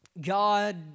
God